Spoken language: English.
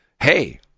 Hey